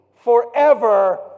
forever